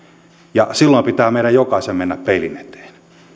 ja silloin pitää meidän jokaisen mennä peilin eteen